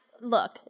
look